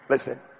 listen